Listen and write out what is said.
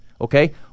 okay